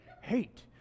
hate